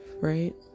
right